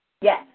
Yes